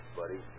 buddy